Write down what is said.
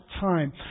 time